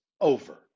over